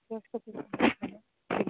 cut कर